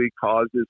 causes